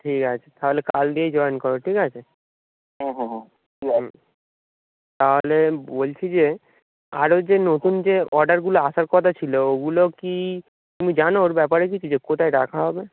ঠিক আছে তাহলে কাল দিয়েই জয়েন করো ঠিক আছে হুম হুম হুম ঠিক আছে তাহলে বলছি যে আরও যে নতুন যে অর্ডারগুলো আসার কথা ছিল ওগুলো কি তুমি জানো ওর ব্যাপারে কিছু যে কোথায় রাখা হবে